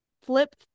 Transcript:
flip